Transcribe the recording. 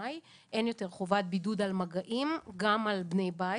במאי אין יותר חובת בידוד על מגעים גם על בני בית,